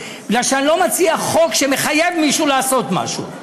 כי אני לא מציע חוק שמחייב מישהו לעשות משהו,